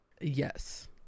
Yes